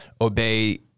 obey